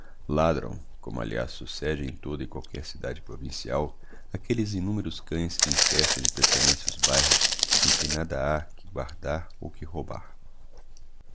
ladram como aliás succede em toda e qualquer cidade provincial aquelles innumeros cães que infestam de preferencia os bairros em que nada ha que guardar ou que roubar